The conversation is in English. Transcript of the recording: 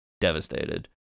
Devastated